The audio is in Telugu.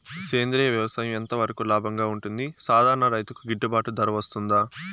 సేంద్రియ వ్యవసాయం ఎంత వరకు లాభంగా ఉంటుంది, సాధారణ రైతుకు గిట్టుబాటు ధర వస్తుందా?